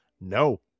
No